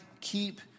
keep